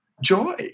joy